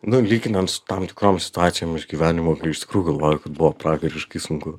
na lyginant su tam tikrom situacijom iš gyvenimo kai iš tikrųjų galvoju buvo pragariškai sunku